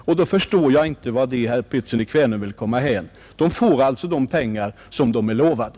Därför förstår jag inte vart herr Pettersson i Kvänum vill komma. Jordbrukarna får ju de pengar som de är lovade.